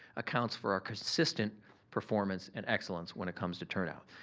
accounts for our consistent performance and excellence when it comes to turnout.